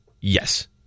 Yes